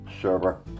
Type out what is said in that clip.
server